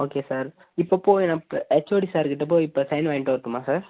okay sir இப்போது போய் HOD சாருகிட்டே போய் இப்போது சைன் வாங்கிகிட்டு வரட்டுமா சார்